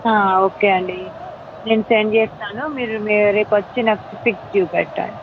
ఆ ఓకే అండి నేను సెండ్ చేస్తాను మీరు రేపు వచ్చి నాకు నాకు పిక్ చూపెట్టండి